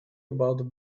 about